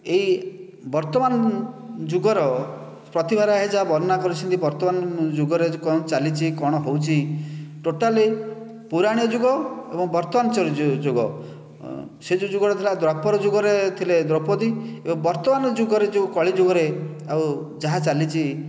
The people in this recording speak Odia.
ଏଇ ବର୍ତ୍ତମାନ ଯୁଗର ପ୍ରତିଭା ରାୟ ଯାହା ବର୍ଣ୍ଣନା କରିଛନ୍ତି ବର୍ତ୍ତମାନ ଯୁଗରେ କଣ ଚାଲିଛି କଣ ହେଉଛି ଟୋଟାଲୀ ପୁରାଣ ଯୁଗ ଏବଂ ବର୍ତ୍ତମାନ ଯୁଗ ସେ ଯେଉଁ ଯୁଗ ଥିଲା ଦ୍ଵାପର ଯୁଗରେ ଥିଲେ ଦ୍ରୌପଦୀ ଏବଂ ବର୍ତ୍ତମାନ ଯୁଗରେ ଯେଉଁ କଳିଯୁଗରେ ଆଉ ଯାହା ଚାଲିଛି